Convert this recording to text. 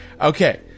Okay